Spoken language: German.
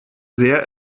sehr